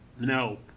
no